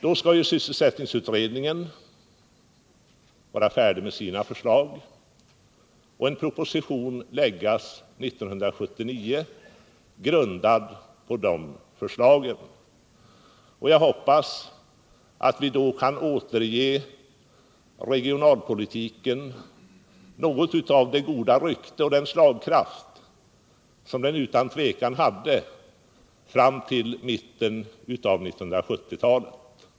Då skall ju sysselsättningsutredningen vara färdig med sina förslag, och en proposition skall läggas fram 1979 grundad på dessa förslag. Jag hoppas att vi då kan återge regionalpolitiken något av det goda rykte och den slagkraft som den utan tvivel hade fram till mitten av 1970-talet.